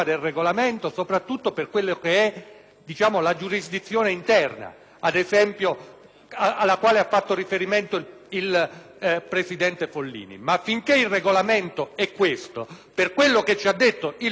alla giurisdizione interna alla quale ha fatto riferimento il presidente Follini. Ma finché il Regolamento è questo, per quello che ha dichiarato il Presidente sono queste le regole del gioco.